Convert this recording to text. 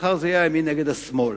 מחר זה יהיה הימין נגד השמאל.